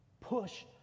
Push